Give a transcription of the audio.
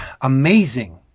amazing